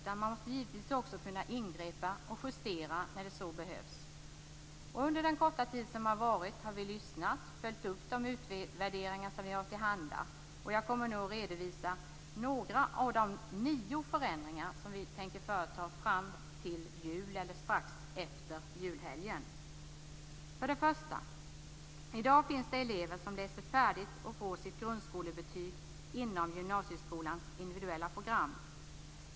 Man måste givetvis också kunna ingripa och justera när så behövs. Under den korta tid som har varit har vi lyssnat, följt upp de utvärderingar vi har tillhands. Jag kommer nu att redovisa några av nio förändringar som vi tänker företa fram till jul eller strax efter julhelgen. För det första: I dag finns det elever som läser färdigt och får sitt grundskolebetyg inom gymnasieskolans individuella program.